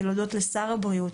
אני רוצה להודות לשר הבריאות